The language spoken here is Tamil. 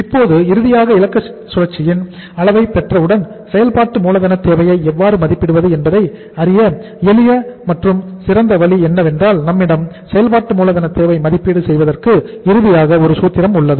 இப்போது இறுதியாக இயக்க சுழற்சியின் கால அளவை பெற்றவுடன் செயல்பாட்டு மூலதன தேவையை எவ்வாறு மதிப்பிடுவது என்பதை அறிய எளிய மற்றும் சிறந்த வழி என்னவென்றால் நம்மிடம் செயல்பாட்டு மூலதன தேவை மதிப்பீடு செய்வதற்கு இறுதியாக ஒரு சூத்திரம் உள்ளது